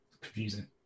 Confusing